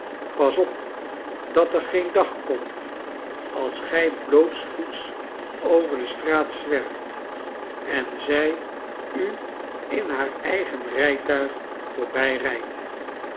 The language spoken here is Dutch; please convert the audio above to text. pas op dat er geen dag komt als gij blootvoets over de straat zwerft en zij u in haar eigen rijtuig